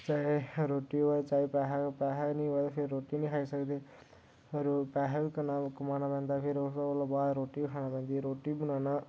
ते रोटी होऐ चाहे पैहा निं होऐ फिर रोटी निं खाई सकदे होर पैहा बी कल्ला कमाना पेंदा फिर ओह्दे कोला बाद रुट्टी बी खाना पौंदी